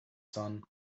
sun